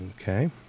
Okay